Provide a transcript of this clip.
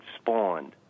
spawned